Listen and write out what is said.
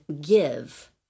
give